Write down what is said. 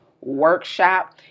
workshop